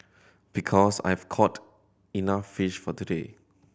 because I've caught enough fish for today